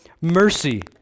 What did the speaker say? mercy